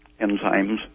enzymes